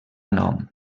nom